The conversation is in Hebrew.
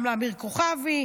גם לאמיר כוכבי,